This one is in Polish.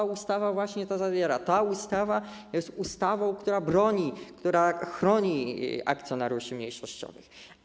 Ta ustawa właśnie to zawiera, jest ustawą, która broni, która chroni akcjonariuszy mniejszościowych.